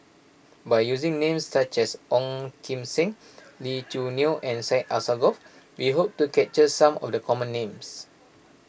by using names such as Ong Kim Seng Lee Choo Neo and Syed Alsagoff we hope to capture some of the common names